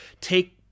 take